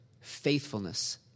faithfulness